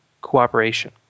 cooperation